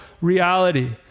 reality